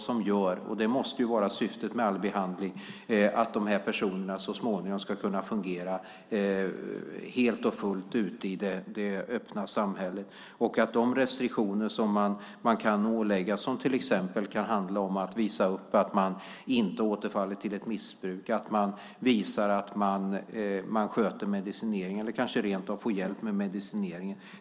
Detta gör - och det måste ju vara syftet med all behandling - att de här personerna så småningom ska kunna fungera helt och fullt ute i det öppna samhället. De restriktioner som man kan åläggas kan till exempel handla om att visa upp att man inte återfaller till ett missbruk, att visa att man sköter medicineringen eller kanske rent av att man får hjälp med medicineringen.